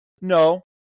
No